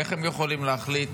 איך הם יכולים להחליט